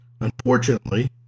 Unfortunately